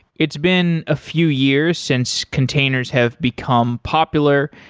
it's been a few years since containers have become popular.